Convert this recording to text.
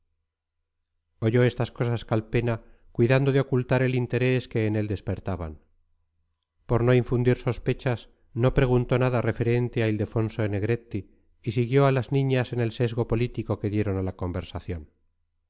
oyó estas cosas calpena cuidando de ocultar el interés que en él despertaban por no infundir sospechas no preguntó nada referente a ildefonso negretti y siguió a las niñas en el sesgo político que dieron a la conversación